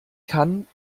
kann